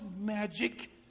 magic